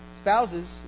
spouses